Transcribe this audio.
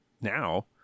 now